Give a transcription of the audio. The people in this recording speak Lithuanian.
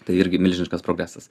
tai irgi milžiniškas progresas